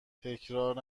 تکرار